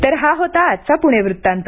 तर हा होता आजचा पुणे वृत्तांत